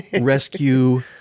rescue